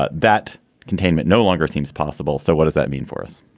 ah that containment no longer seems possible. so what does that mean for us?